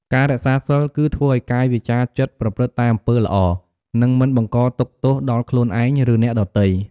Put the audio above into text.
ការរក្សាសីលគឺ ធ្វើឲ្យកាយវាចាចិត្តប្រព្រឹត្តតែអំពើល្អ និងមិនបង្កទុក្ខទោសដល់ខ្លួនឯង ឬអ្នកដទៃ។